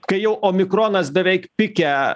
kai jau omikronas beveik pike